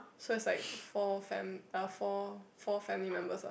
so is like four fam~ uh four four family members ah